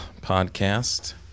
podcast